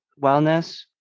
wellness